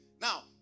Now